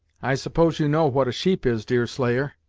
i suppose you know what a sheep is, deerslayer.